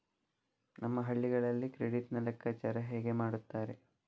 ನಮ್ಮ ಹಳ್ಳಿಗಳಲ್ಲಿ ಕ್ರೆಡಿಟ್ ನ ಲೆಕ್ಕಾಚಾರ ಹೇಗೆ ಮಾಡುತ್ತಾರೆ?